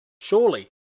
Surely